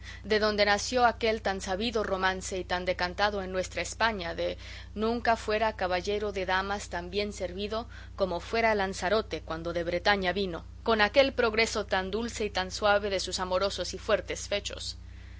de donde nació aquel tan sabido romance y tan decantado en nuestra españa de nunca fuera caballero de damas tan bien servido como fuera lanzarote cuando de bretaña vino con aquel progreso tan dulce y tan suave de sus amorosos y fuertes fechos